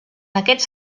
aquests